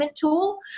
tool